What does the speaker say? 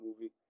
movie